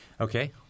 Okay